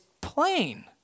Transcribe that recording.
plain